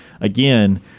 again